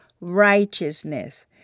righteousness